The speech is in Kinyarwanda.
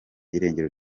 irengero